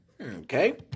Okay